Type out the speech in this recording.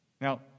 Now